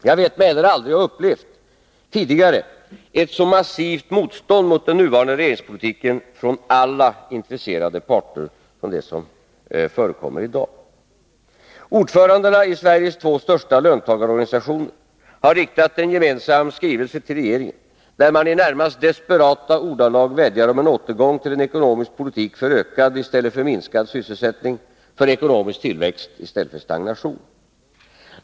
Jag vet mig heller aldrig tidigare ha upplevt ett så massivt motstånd mot den nuvarande regeringspolitiken från alla intresserade parter som det som förekommer i dag. Ordförandena i Sveriges två största löntagarorganisationer har riktat en gemensam skrivelse till regeringen, där man i närmast desperata ordalag vädjar om en återgång till en ekonomisk politik för ökad i stället för minskad sysselsättning, för ekonomisk tillväxt i stället för stagnation.